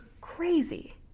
crazy